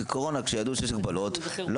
בקורונה כשידעו שיש הגבלות.